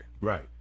right